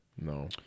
No